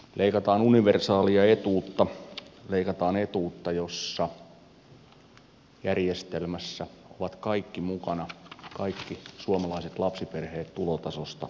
leikataan universaalia etuutta leikataan etuutta jossa järjestelmässä ovat kaikki mukana kaikki suomalaiset lapsiperheet tulotasosta riippumatta